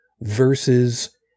versus